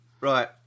Right